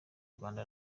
rwanda